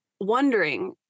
wondering